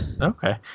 Okay